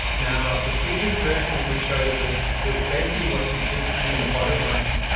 now, the previous version that we showed of this was basically what you just see in the bottom right,